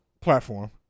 platform